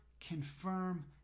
confirm